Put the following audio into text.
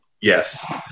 Yes